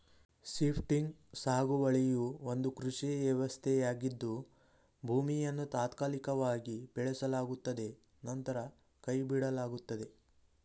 shifting ಸಾಗುವಳಿಯು ಒಂದು ಕೃಷಿ ವ್ಯವಸ್ಥೆಯಾಗಿದ್ದು ಭೂಮಿಯನ್ನು ತಾತ್ಕಾಲಿಕವಾಗಿ ಬೆಳೆಸಲಾಗುತ್ತದೆ ನಂತರ ಕೈಬಿಡಲಾಗುತ್ತದೆ